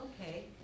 okay